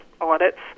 audits